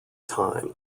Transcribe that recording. time